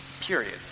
period